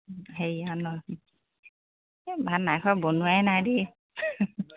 হেৰি অঁ ন এই ভাত নাই খোৱা বনোৱাই নাই দে